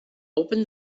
open